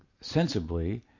sensibly